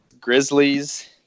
Grizzlies